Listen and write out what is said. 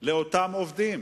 לאותם עובדים,